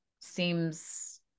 seems